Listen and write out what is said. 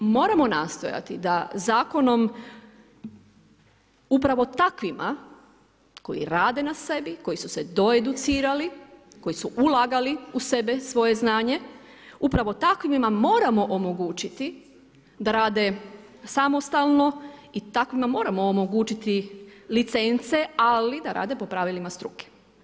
I zato moramo nastojati da zakonom upravio takvima koji rade na sebe, koji su se doeducirali, koji su ulagali u sebe, svoje znanje, upravo takvima moramo omogućiti da rade samostalno i takvima motamo omogućiti licence ali da rade po pravilima struke.